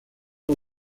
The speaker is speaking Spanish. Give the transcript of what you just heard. los